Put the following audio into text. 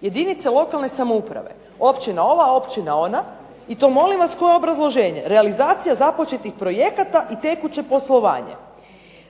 Jedinice lokalne samouprave, općina ova, općina ona. I to molim vas koje obrazloženje, realizacija započetih projekata i tekuće poslovanje.